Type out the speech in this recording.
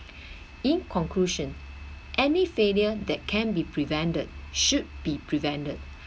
in conclusion any failure that can be prevented should be prevented